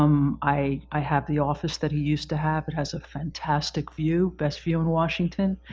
um i have the office that he used to have. it has a fantastic view, best view in washington.